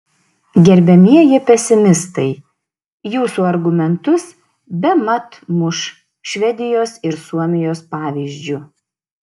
gerbiamieji pesimistai jūsų argumentus bemat muš švedijos ir suomijos pavyzdžiu